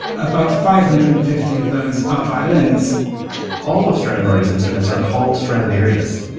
about five hundred and fifty of those ah violins all of stradivari's instruments are called stradivarius.